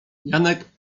janek